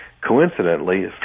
Coincidentally